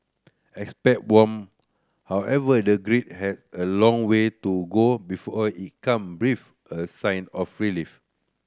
expert warm however the Greek has a long way to go before it can breathe a sigh of relief